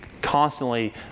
constantly